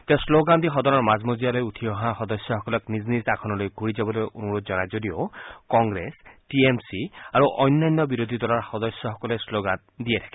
তেওঁ শ্লোগান দি সদনৰ মাজমজিয়ালৈ উঠি অহা সদস্যসকলক নিজ নিজ আসনলৈ ঘূৰি যাবলৈ অনুৰোধ জনাইছিল যদিও কংগ্ৰেছ টি এম চি আৰু অন্যান্য বিৰোধী দলৰ সদস্যসকলে শ্লোগান দি আছিল